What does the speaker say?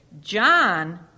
John